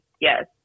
yes